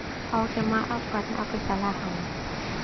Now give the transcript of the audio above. Au oke maaf karena au kesalahan ah.